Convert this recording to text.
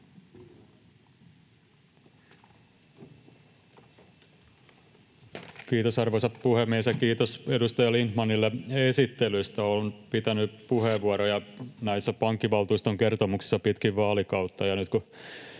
Kiitos, arvoisa puhemies! Kiitos edustaja Lindtmanille esittelystä. — Olen pitänyt puheenvuoroja näissä pankkivaltuuston kertomuksissa pitkin vaalikautta,